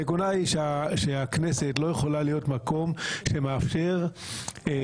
הנקודה היא שהכנסת לא יכולה להיות מקום שמאפשר לאנשים